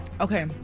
Okay